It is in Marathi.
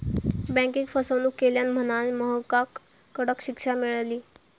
बँकेक फसवणूक केल्यान म्हणांन महकाक कडक शिक्षा मेळली